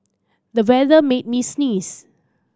the weather made me sneeze